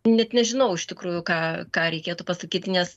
net nežinau iš tikrųjų ką ką reikėtų pasakyti nes